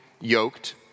yoked